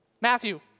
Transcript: Matthew